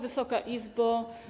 Wysoka Izbo!